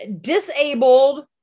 disabled